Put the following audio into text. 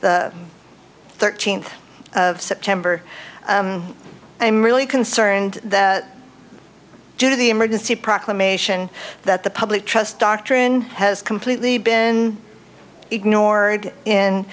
on thirteenth of september i am really concerned due to the emergency proclamation that the public trust doctrine has completely been ignored in